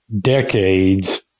decades